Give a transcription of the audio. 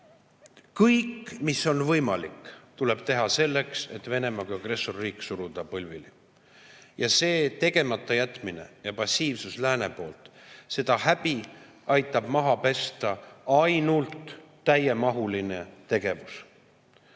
Kõik, mis on võimalik, tuleb teha selleks, et Venemaa kui agressorriik suruda põlvili. Senist tegemata jätmist ja passiivsust lääne poolt, seda häbi, aitab maha pesta ainult täiemahuline tegevus. Meile